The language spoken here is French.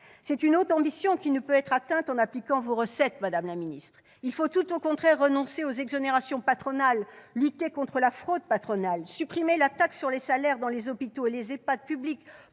C'est une haute ambition qui ne peut être atteinte en appliquant vos recettes, madame la ministre. Il faut tout au contraire renoncer aux exonérations patronales, lutter contre la fraude patronale et supprimer la taxe sur les salaires dans les hôpitaux et les EHPAD publics,